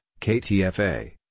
KTFA